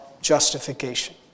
justification